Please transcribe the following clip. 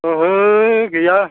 ओहो गैया